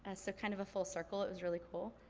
ah so kind of a full circle, it was really cool.